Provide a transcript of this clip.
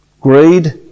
Greed